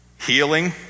Healing